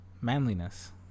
manliness